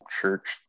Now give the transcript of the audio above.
church